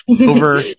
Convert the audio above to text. over